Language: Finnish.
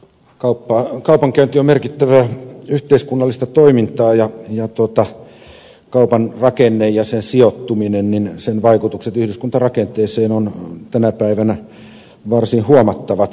kaupankäynti on merkittävää yhteiskunnallista toimintaa ja kaupan rakenteen ja sen sijoittumisen vaikutukset yhdyskuntarakenteeseen ovat tänä päivänä varsin huomattavat